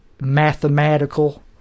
mathematical